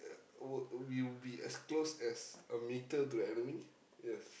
uh were we'll be as close as a metre to the enemy yes